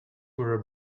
were